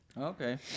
Okay